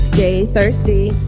stay thirsty